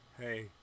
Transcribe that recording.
hey